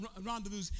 rendezvous